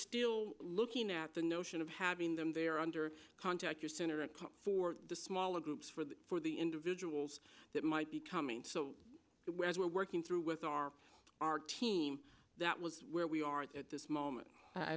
still looking at the notion of having them there under contact your senator for the smaller groups for the for the individuals that might be coming whereas we're working through with our our team that was where we are at this moment i